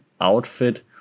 outfit